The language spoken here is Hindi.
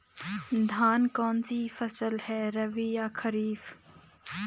धान कौन सी फसल है रबी या खरीफ?